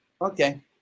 okay